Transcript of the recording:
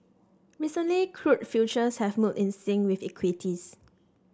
recently crude futures have moved in sync with equities